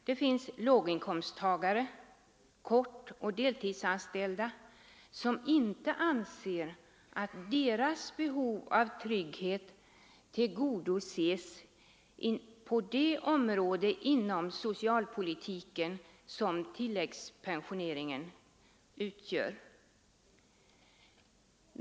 Vi har många låginkomsttagare samt kortoch deltidsanställda som anser att deras behov av trygghet inte tillgodoses på det område inom socialpolitiken som tilläggspensioneringen utgör.